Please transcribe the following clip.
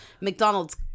McDonald's